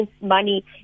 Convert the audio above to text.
money